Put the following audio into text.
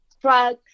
trucks